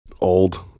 old